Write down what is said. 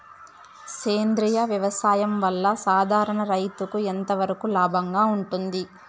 సేంద్రియ వ్యవసాయం వల్ల, సాధారణ రైతుకు ఎంతవరకు లాభంగా ఉంటుంది?